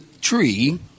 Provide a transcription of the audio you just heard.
tree